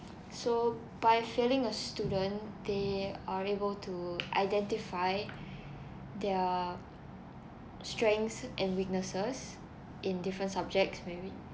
so by failing a student they are able to identify their strengths and weaknesses in different subjects maybe